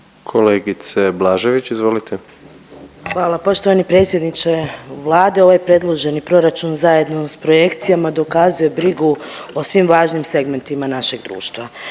**Blažević, Anamarija (HDZ)** Hvala. Poštovani predsjedniče Vlade, ovaj predloženi proračun zajedno s projekcijama dokazuje brigu o svim važnim segmentima našeg društva.